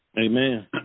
Amen